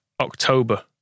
October